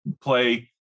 play